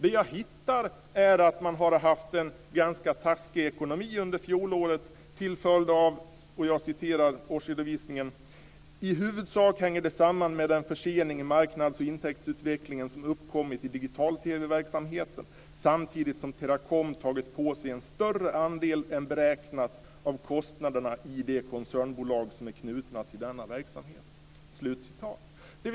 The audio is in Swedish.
Vad jag hittar är att man har haft en ganska taskig ekonomi under fjolåret - jag återger ur årsredovisningen: I huvudsak hänger det samman med en försening i marknads och intäktsutvecklingen som uppkommit i digital-TV verksamheten, samtidigt som Teracom tagit på sig en större andel än beräknat av kostnaderna i de koncernbolag som är knutna till denna verksamhet.